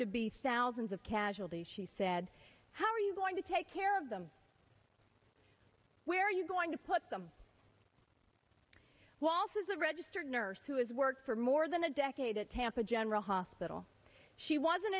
to be thousands of casualties she said how are you going to take care of them where are you going to put them waltz is a registered nurse who has worked for more than a decade at tampa general hospital she wasn't